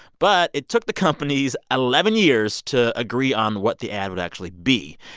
but it took the companies eleven years to agree on what the ad would actually be,